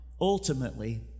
ultimately